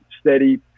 steady